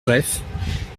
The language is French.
bref